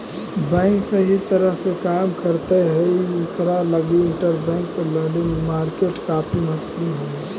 bank सही तरह से काम करैत हई इकरा लगी इंटरबैंक लेंडिंग मार्केट काफी महत्वपूर्ण हई